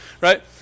Right